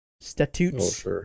statutes